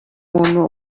muntu